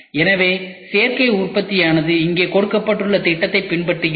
எனவே சேர்க்கை உற்பத்தியானது இங்கே கொடுக்கப்பட்டுள்ள திட்டத்தை பின்பற்றுகிறது